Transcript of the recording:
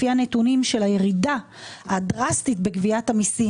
לפי הנתונים של הירידה הדרסטית בגביית המיסים,